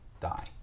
die